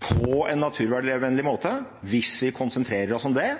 på en naturvernvennlig måte, hvis vi konsentrerer oss om det.